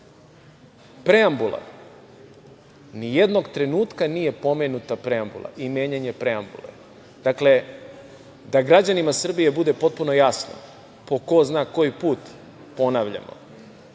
drugo. Preambula. Ni jednog trenutka nije pomenuta preambula i menjanje preambule. Dakle, da građanima Srbije bude potpuno jasno, po ko zna koji put ponavljamo,